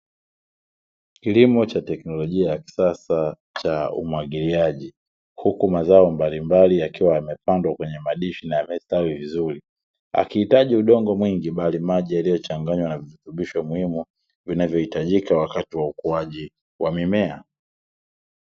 Kilimo cha teknolojia ya kisasa cha umwagiliaji, huku mazao mbalimbali yakiwa yamepandwa kwenye madishi na yamestawi vizuri. Hakihitaji udongo mwingi bali maji yaliyochanganywa na virutubisho muhimu, vinavyohitajika wakati wa ukuaji wa mimea.